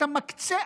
אתה מקצה,